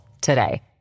today